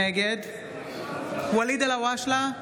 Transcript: נגד ואליד אלהואשלה,